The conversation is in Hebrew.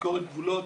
ביקורת גבולות,